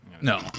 No